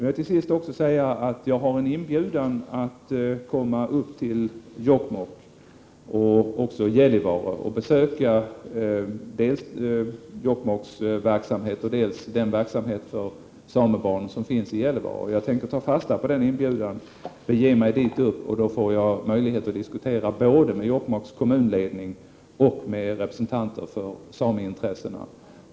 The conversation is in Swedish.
Jag har fått en inbjudan att resa till Jokkmokk och Gällivare och besöka dels verksamheten i Jokkmokk, dels den verksamhet för samebarn som finns i Gällivare. Jag tänker ta fasta på denna inbjudan och bege mig dit upp. Då får jag möjlighet att diskutera både med Jokkmokks kommunledning och med representanter för sameintressena.